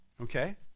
okay